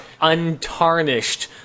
untarnished